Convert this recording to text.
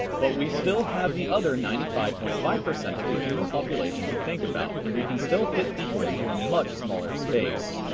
but we still have the other ninety five point five of the human population to think about. and we can still fit people into a much smaller space.